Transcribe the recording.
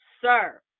sir